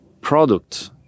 product